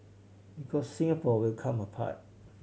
because Singapore will come apart